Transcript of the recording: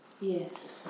Yes